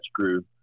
screw